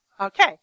Okay